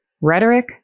rhetoric